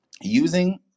using